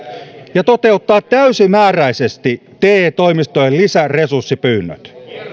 ja toteuttaa täysimääräisesti te toimistojen lisäresurssipyynnöt